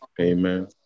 Amen